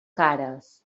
cares